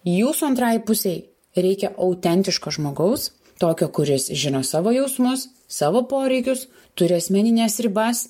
jūsų antrai pusei reikia autentiško žmogaus tokio kuris žino savo jausmus savo poreikius turi asmenines ribas